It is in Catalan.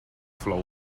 flor